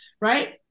right